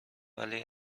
ولی